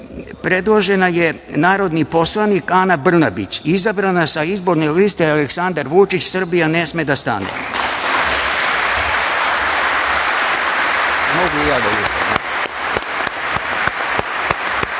predložena je narodni poslanik Ana Brnabić, izabrana sa izborne liste Aleksandar Vučić – Srbija ne sme da stane. Idemo